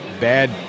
bad